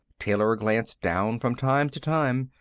taylor glanced down from time to time.